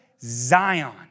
Zion